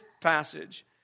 passage